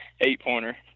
eight-pointer